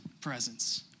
presence